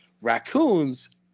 Raccoons